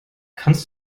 kannst